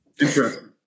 Interesting